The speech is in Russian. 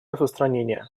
распространения